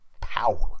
power